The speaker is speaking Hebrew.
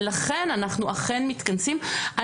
ולכן, אנחנו אכן מתכנסים.